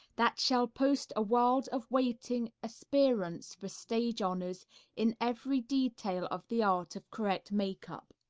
that shall post a world of waiting aspirants for stage honors in every detail of the art of correct makeup.